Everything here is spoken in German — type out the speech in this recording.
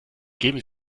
geben